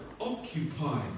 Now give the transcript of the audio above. occupy